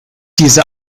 diese